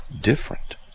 different